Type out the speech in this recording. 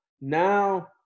now